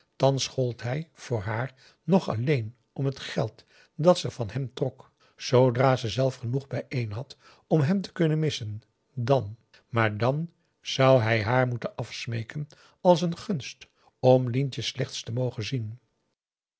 thans gold hij voor haar nog alleen om het geld dat ze van hem trok zoodra ze zelf genoeg bijeen had om hem te kunnen missen dan maar dan zou hij haar moeten afsmeeken als een gunst om lientje slechts te mogen zien